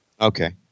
Okay